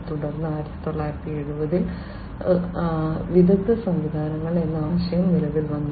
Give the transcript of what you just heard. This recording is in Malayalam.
തുടർന്ന് 1970 കളിൽ വിദഗ്ധ സംവിധാനങ്ങൾ എന്ന ആശയം നിലവിൽ വന്നു